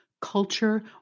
culture